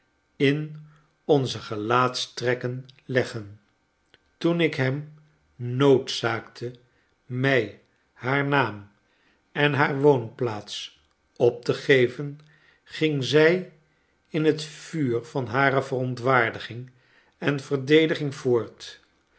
in onze gelaatstrekken leggen toen ik hem noodzaakte mij haar naam en haar woonplaats op te geven ging zij in het vuur van hare verontwaardiging en verdediging voort